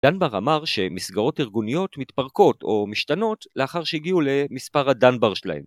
דנבר אמר שמסגרות ארגוניות מתפרקות או משתנות לאחר שהגיעו למספר הדנבר שלהם.